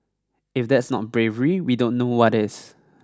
if that's not bravery we don't know what is